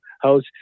house